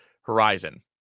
horizon